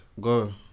Go